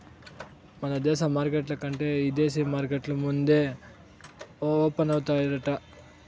మన దేశ మార్కెట్ల కంటే ఇదేశీ మార్కెట్లు ముందే ఓపనయితాయంట